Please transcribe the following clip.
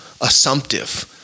assumptive